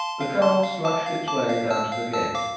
the car slushed its way down to the gate,